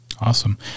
Awesome